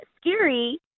Scary